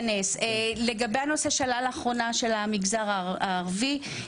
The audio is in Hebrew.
לגבי הנושא שעלה לאחרונה של המגזר הערבי,